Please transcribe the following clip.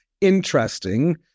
interesting